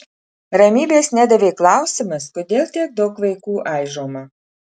ramybės nedavė klausimas kodėl tiek daug vaikų aižoma